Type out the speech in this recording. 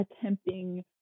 attempting